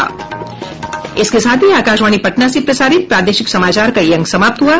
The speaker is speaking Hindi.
इसके साथ ही आकाशवाणी पटना से प्रसारित प्रादेशिक समाचार का ये अंक समाप्त हुआ